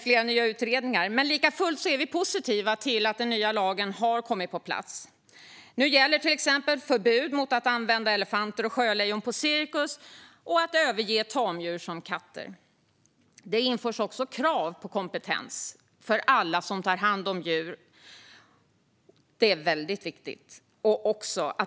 Men likafullt är vi positiva till att den nya lagen har kommit på plats. Nu gäller till exempel förbud mot att använda elefanter och sjölejon på cirkus och att överge tamdjur som katter. Det införs också krav på kompetens för alla som tar hand om djur. Det är väldigt viktigt.